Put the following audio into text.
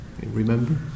remember